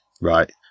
right